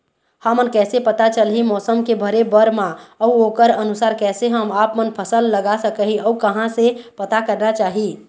हमन कैसे पता चलही मौसम के भरे बर मा अउ ओकर अनुसार कैसे हम आपमन फसल लगा सकही अउ कहां से पता करना चाही?